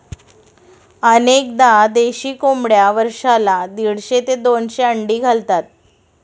अनेकदा देशी कोंबड्या वर्षाला दीडशे ते दोनशे अंडी घालतात